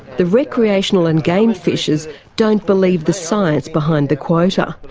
the recreational and game fishers don't believe the science behind the quota.